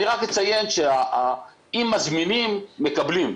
אני רק אציין שאם מזמינים מקבלים,